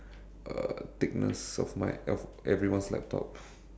uh thickness of my of everyone's laptops